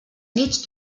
nits